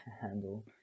handle